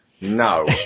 No